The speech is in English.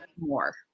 more